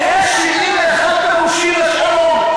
יש 71 פירושים לשלום,